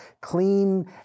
clean